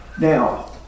Now